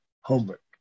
homework